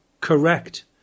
correct